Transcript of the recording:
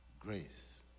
grace